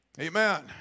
Amen